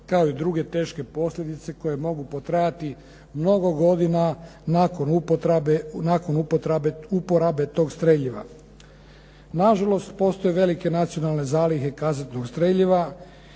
kao i druge teške posljedice koje mogu potrajati mnogo godina nakon uporabe tog streljiva. Na žalost, postoje velike nacionalne zalihe kazetnog streljiva